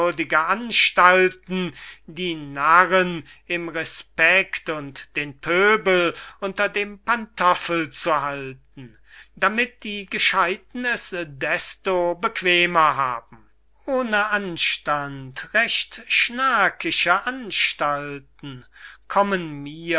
lobenswürdige anstalten die narren im respekt und den pöbel unter dem pantoffel zu halten damit die gescheiden es desto bequemer haben ohne anstand recht schnackische anstalten kommen